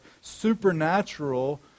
supernatural